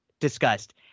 discussed